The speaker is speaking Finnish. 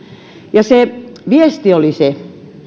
ja viesti oli se että